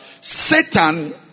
Satan